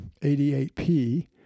88p